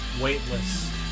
weightless